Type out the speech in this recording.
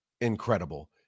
incredible